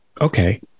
okay